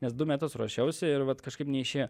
nes du metus ruošiausi ir vat kažkaip neišėjo